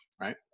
Right